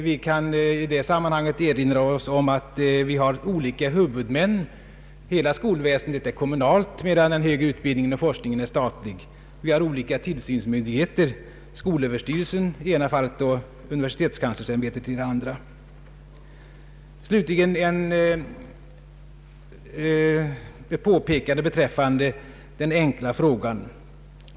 Vi kan i det sammanhanget erinra oss att det finns olika huvudmän. Hela skolväsendet är kommunalt, medan den högre utbildningen och forskningen är statliga. Vi har olika tillsynsmyndigheter: skolöverstyrelsen i det ena fallet och universitetskanslersämbetet i det andra. Slutligen vill jag göra ett påpekande beträffande den enkla frågan.